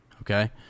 Okay